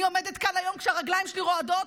אני עומדת כאן היום כשהרגליים שלי רועדות,